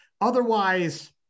otherwise